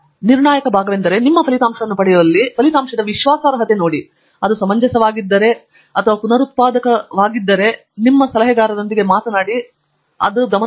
ಆದ್ದರಿಂದ ನಿರ್ಣಾಯಕ ಭಾಗವೆಂದರೆ ನೀವು ನಿಮ್ಮ ಫಲಿತಾಂಶವನ್ನು ಪಡೆಯುವಲ್ಲಿ ಫಲಿತಾಂಶದ ವಿಶ್ವಾಸಾರ್ಹತೆ ನೋಡಿ ಮತ್ತು ಅದು ಸಮಂಜಸವಾಗಿದ್ದರೆ ಅದು ಪುನರುತ್ಪಾದಕವಾಗಿದ್ದರೆ ಮತ್ತು ನಿಮ್ಮ ಸಲಹೆಗಾರರೊಂದಿಗೆ ಮಾತನಾಡಬೇಕಾದರೆ ಅದನ್ನು ಕಂಡುಕೊಳ್ಳಿ ಗಮನಾರ್ಹ